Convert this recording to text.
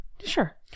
Sure